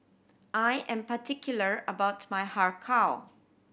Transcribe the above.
I am particular about my Har Kow